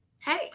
hey